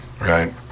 Right